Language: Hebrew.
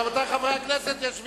רבותי חברי הכנסת, יש ויכוח.